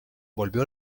volvió